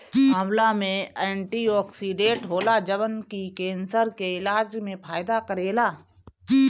आंवला में एंटीओक्सिडेंट होला जवन की केंसर के इलाज में फायदा करेला